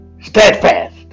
steadfast